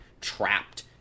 trapped